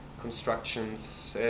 constructions